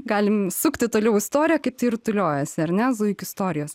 galim sukti toliau istoriją kaip tai rutuliojasi ar ne zuikių istorijos